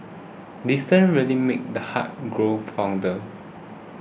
distance really made the heart grow fonder